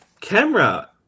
camera